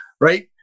right